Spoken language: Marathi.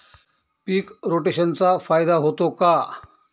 पीक रोटेशनचा फायदा होतो का?